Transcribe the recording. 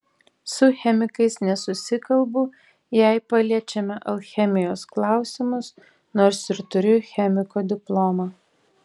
su chemikais nesusikalbu jei paliečiame alchemijos klausimus nors ir turiu chemiko diplomą